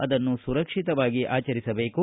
ಅದನ್ನು ಸುರಕ್ಷಿತವಾಗಿ ಆಚರಿಸಬೇಕು